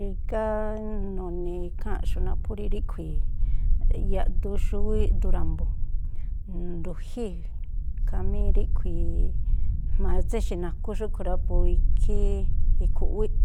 Rígá nu̱ni̱ ikháa̱nꞌxu̱ꞌ naphú rí ríꞌkhui̱, yaꞌduxúwíꞌ duun ra̱mbu̱, ndu̱jíi̱ khamí ríꞌkhui̱, jma̱a tséxi̱ nakhú xúꞌkhui̱ rá, po ikhí i̱khu̱ꞌwíꞌ.